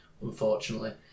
unfortunately